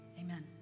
amen